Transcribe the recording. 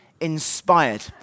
inspired